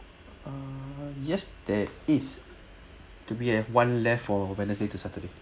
uh yes there is do we have one left for wednesday to saturday